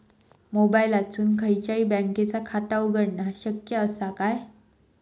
मोबाईलातसून खयच्याई बँकेचा खाता उघडणा शक्य असा काय?